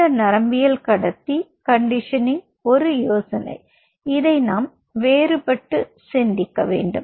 இந்த நரம்பியக்கடத்தி கண்டிஷனிங் ஒரு யோசனை இதை நாம் வேறுபட்டு சிந்திக்க வேண்டும்